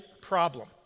problem